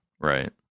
right